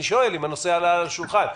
אני שואל האם הנושא עלה על השולחן.